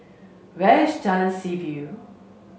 where is Jalan Seaview